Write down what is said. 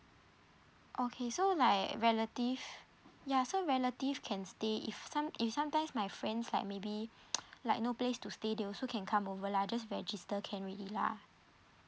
okay so like relative yeah so relative can stay if some if sometimes my friends like maybe like no place to stay they also can come over lah just register can already lah